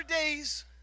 days